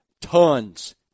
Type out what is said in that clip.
tons